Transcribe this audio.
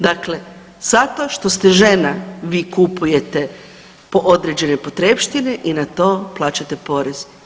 Dakle, zato što ste žena vi kupujete po određene potrepštine i na to plaćate porez.